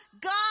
God